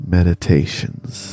Meditations